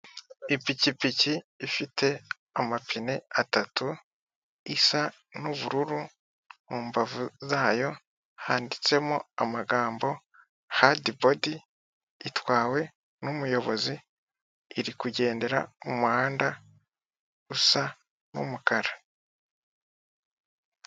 Ipikikipi ifite amapine atatu, isa n'ubururu mu mbavu zayo handitsemo amagambo hadibodi itwawe n'umuyobozi iri kugendera mu muhanda usa n'umukara.